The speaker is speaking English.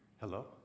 Hello